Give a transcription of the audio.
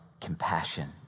compassion